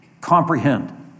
comprehend